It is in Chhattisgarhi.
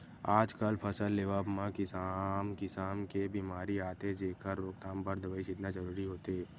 आजकल फसल लेवब म किसम किसम के बेमारी आथे जेखर रोकथाम बर दवई छितना जरूरी होथे